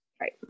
Right